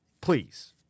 Please